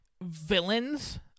villains